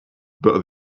but